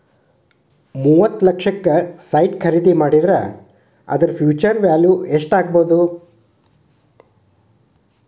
ಮೂವತ್ತ್ ಲಕ್ಷಕ್ಕ ಸೈಟ್ ಖರಿದಿ ಮಾಡಿದ್ರ ಅದರ ಫ್ಹ್ಯುಚರ್ ವ್ಯಾಲಿವ್ ಯೆಸ್ಟಾಗ್ಬೊದು?